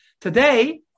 Today